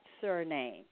surname